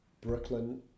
Brooklyn